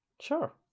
Sure